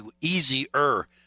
easier